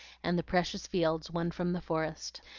and the precious fields won from the forest.